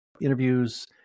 interviews